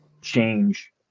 change